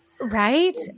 Right